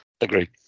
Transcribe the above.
Agree